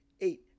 eight